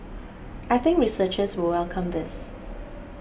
I think researchers will welcome this